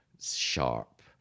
sharp